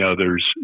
others